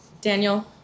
Daniel